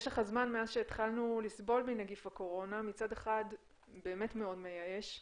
משך הזמן מאז שהתחלנו לסבול מנגיף הקורונה מצד אחד באמת מאוד מייאש,